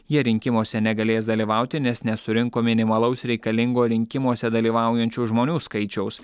jie rinkimuose negalės dalyvauti nes nesurinko minimalaus reikalingo rinkimuose dalyvaujančių žmonių skaičiaus